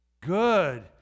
Good